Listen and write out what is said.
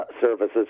services